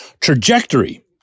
trajectory